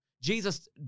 Jesus